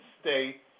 state